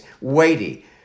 weighty